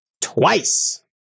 twice